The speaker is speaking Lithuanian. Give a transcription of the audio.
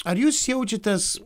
ar jūs jaučiatės